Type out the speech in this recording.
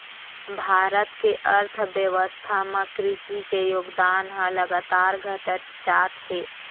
भारत के अर्थबेवस्था म कृसि के योगदान ह लगातार घटत जात हे